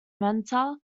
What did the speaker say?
inventor